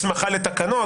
הסמכה לתקנות,